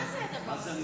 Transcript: מה זה הדבר הזה?